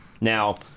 Now